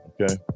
okay